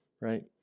right